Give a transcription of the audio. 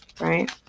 right